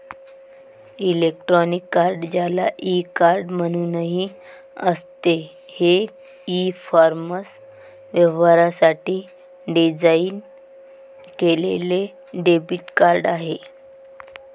electronic card, ज्याला e card म्हणूनही असते, हे ई कॉमर्स व्यवहारांसाठी डिझाइन केलेले डेबिट कार्ड आहे